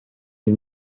you